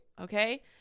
Okay